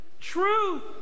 truth